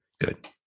Good